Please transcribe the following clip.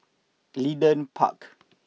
Leedon Park